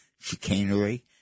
chicanery